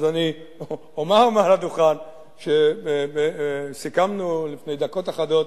אז אני אומר מעל הדוכן שסיכמנו לפני דקות אחדות,